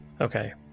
Okay